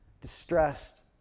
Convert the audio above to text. distressed